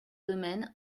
domaine